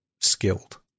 skilled